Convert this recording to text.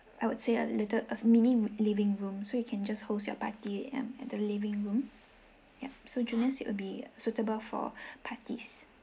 I would say a little as mini living room so you can just host your party um at the living room yup so juniors it will be suitable for parties